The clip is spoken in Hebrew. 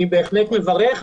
אני בהחלט מברך.